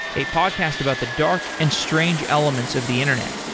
a podcast about the dark and strange elements of the internet.